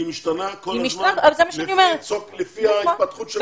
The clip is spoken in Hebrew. היא משתנה כל הזמן לפי ההתפתחות של הקורונה.